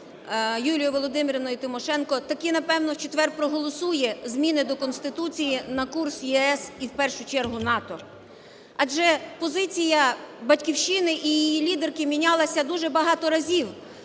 Юлією Володимирівною Тимошенко, такі напевно у четвер проголосує зміни до Конституції на курс ЄС і в першу чергу НАТО. Адже позиція "Батьківщини" і її лідерки мінялася дуже багато разів.